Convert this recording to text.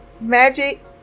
magic